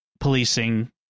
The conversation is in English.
policing